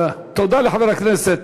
תודה לחבר הכנסת